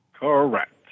Correct